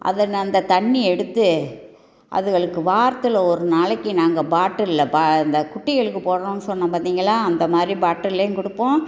அதன் அந்த தண்ணீய எடுத்து அதுகளுக்கு வாரத்தில் ஒரு நாளைக்கு நாங்கள் பாட்டில் அந்த குட்டிகளுக்கு போடுறோம்னு சொன்ன பார்த்திங்களா அந்த மாதிரி பாட்டிலேயும் கொடுப்போம்